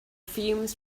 fumes